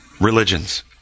religions